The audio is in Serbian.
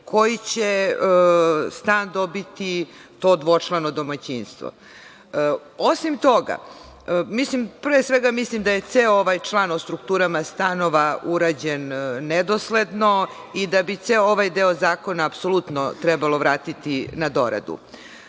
koji će stan dobiti to dvočlano domaćinstvo? Pre svega, mislim da je ceo ovaj član o strukturama stanova urađen nedosledno i da bi ceo ovaj deo zakona apsolutno trebalo vratiti na doradu. On